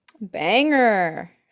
banger